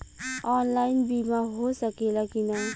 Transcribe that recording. Online बीमा हो सकेला की ना?